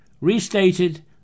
restated